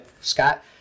Scott